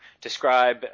describe